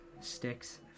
sticks